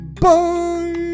bye